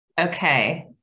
Okay